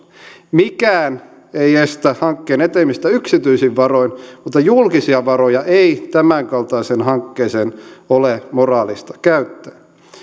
mikään ei estä hankkeen etenemistä yksityisin varoin mutta julkisia varoja ei tämänkaltaiseen hankkeeseen ole moraalista käyttää